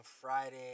Friday